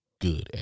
good